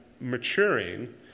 maturing